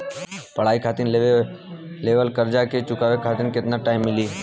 पढ़ाई खातिर लेवल कर्जा के चुकावे खातिर केतना टाइम मिली?